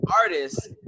artists